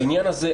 בעניין הזה,